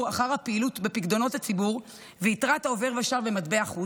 אחר הפעילות בפיקדונות הציבור ויתרת העובר ושב במטבע חוץ,